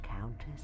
Countess